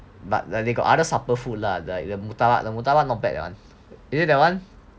but they they got other supper food lah the the murtabak the murtabak not bad [one] is it that one